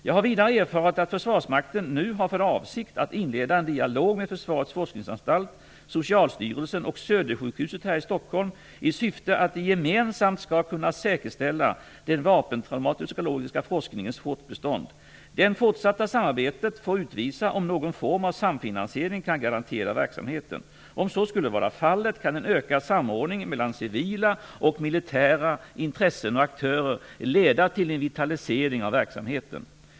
Jag har vidare erfarit att Försvarsmakten nu har för avsikt att inleda en dialog med Försvarets forskningsanstalt, Socialstyrelsen och Södersjukhuset här i Stockholm i syfte att de gemensamt skall kunna säkerställa den vapentraumatologiska forskningens fortbestånd. Det fortsatta samarbetet får utvisa om någon form av samfinansiering kan garantera verksamheten. Om så skulle vara fallet, kan en ökad samordning mellan civila och militära intressen och aktörer leda till en vitalisering av verksamheten.